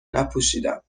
نپوشیدم